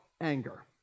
anger